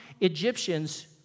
Egyptians